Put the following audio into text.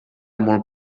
molt